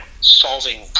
solving